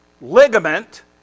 ligament